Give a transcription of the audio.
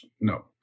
no